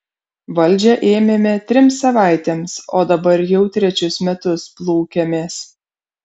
valdžią ėmėme trims savaitėms o dabar jau trečius metus plūkiamės